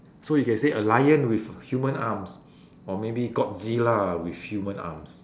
so you can say a lion with human arms or maybe godzilla with human arms